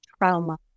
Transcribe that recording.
trauma